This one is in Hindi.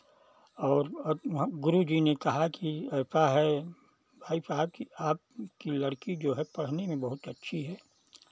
और गुरु जी ने कहा कि ऐसा है भाई साहब कि आपकी लड़की जो है पढ़ने में बहुत अच्छी है